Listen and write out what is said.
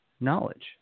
knowledge